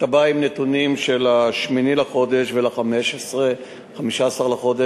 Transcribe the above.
אתה בא עם נתונים מ-8 בחודש ומ-15 בחודש.